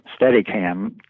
Steadicam